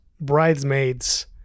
*Bridesmaids*